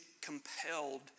compelled